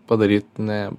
padaryt ne